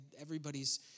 everybody's